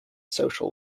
social